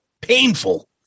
Painful